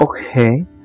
Okay